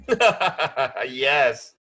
Yes